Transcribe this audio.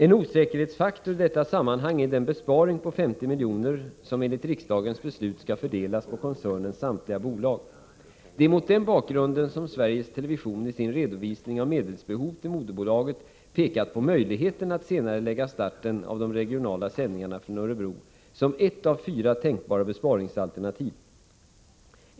En osäkerhetsfaktor i detta sammanhang är den besparing på 50 milj.kr. som enligt riksdagens beslut skall fördelas på koncernens samtliga bolag. Det är mot den bakgrunden som Sveriges Television i sin redovisning av medelsbehov till moderbolaget pekat på möjligheten att senarelägga starten av de regionala sändningarna från Örebro som ett av fyra tänkbara besparingsalternativ.